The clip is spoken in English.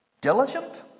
diligent